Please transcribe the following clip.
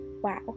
Wow